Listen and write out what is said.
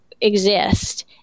exist